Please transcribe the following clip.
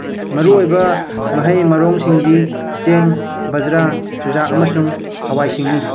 ꯃꯔꯨꯑꯣꯏꯕ ꯃꯍꯩ ꯃꯔꯣꯡꯁꯤꯡꯗꯤ ꯆꯦꯡ ꯕꯖ꯭ꯔꯥ ꯆꯨꯖꯥꯛ ꯑꯃꯁꯨꯡ ꯍꯋꯥꯏꯁꯤꯡꯅꯤ